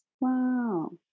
wow